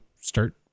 start